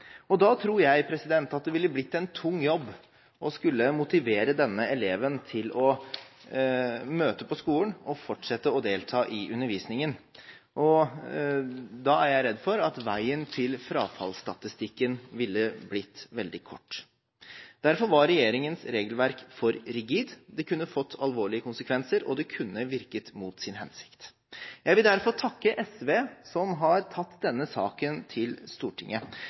tapt. Da tror jeg det ville blitt en tung jobb å skulle motivere denne eleven til å møte på skolen og fortsette å delta i undervisningen. Da er jeg redd for at veien til frafallsstatistikken ville blitt veldig kort. Derfor var regjeringens regelverk for rigid. Det kunne fått alvorlige konsekvenser, og det kunne virket mot sin hensikt. Jeg vil derfor takke SV som har tatt denne saken til Stortinget.